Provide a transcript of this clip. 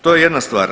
To je jedna stvar.